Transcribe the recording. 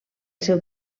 seu